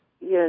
Yes